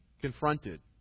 confronted